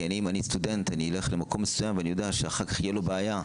כי אם אני סטודנט ואני אלך למקום מסוים ואני אדע שאחר כך תהיה לו בעיה,